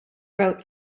wrote